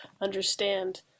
understand